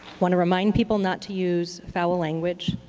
want to remind people not to use foul language.